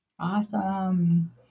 Awesome